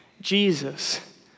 Jesus